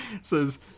says